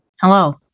Hello